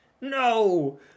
No